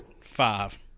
Five